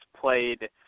played